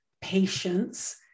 Patience